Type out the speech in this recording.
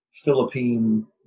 Philippine